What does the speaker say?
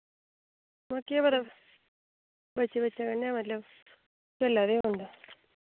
महां केह् पता बच्चें बच्चें कन्नै मतलब खेला दे होन ते